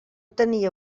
tenia